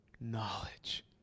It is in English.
knowledge